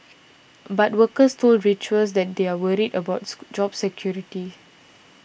but workers told Reuters that they were worried about job security